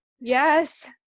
Yes